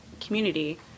community